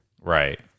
Right